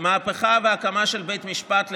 מהפכה בהקמה של בית משפט לחוקה.